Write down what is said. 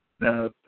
Now